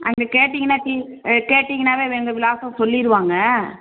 அங்கே கேட்டீங்கன்னா கி ஆ கேட்டீங்கன்னாவே எங்கள் விலாசம் சொல்லிடுவாங்க